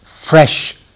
fresh